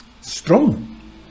strong